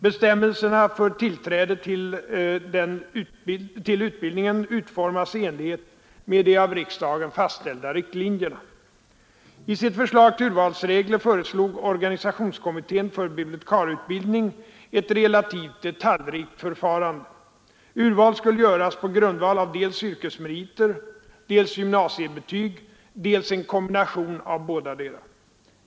Bestämmelserna för tillträde till utbildningen utformas i enlighet med de av riksdagen fastställda riktlinjerna. I sitt förslag till urvalsregler föreslog organisationskommittén för bibliotekarieutbildning ett relativt detaljrikt förfarande. Urval skulle göras på grundval av dels yrkesmeriter, dels gymnasiebetyg, dels en kombination av bådadera.